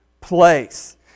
place